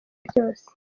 byose